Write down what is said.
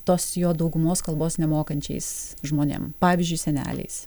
tos jo daugumos kalbos nemokančiais žmonėm pavyzdžiui seneliais